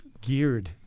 geared